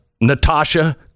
Natasha